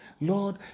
Lord